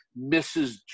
Mrs